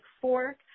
Fork